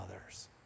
others